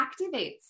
activates